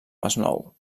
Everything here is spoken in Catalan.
masnou